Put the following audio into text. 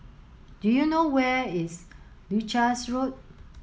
do you know where is Leuchars Road